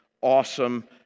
awesome